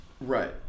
Right